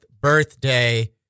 birthday